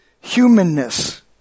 humanness